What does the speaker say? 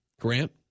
Grant